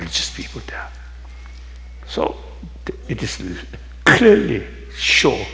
it's just people so it just sh